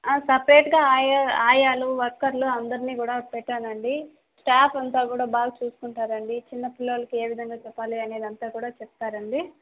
సపరేట్గా ఆయా ఆయాలు వర్కర్లు అందరిని కూడా పెట్టానండి స్టాఫ్ అంతా కూడా బాగా చూసుకుంటారండి చిన్నపిల్లోల్లకి ఏ విధంగా చెప్పాలి అనేదంతా కూడా చెప్తారండి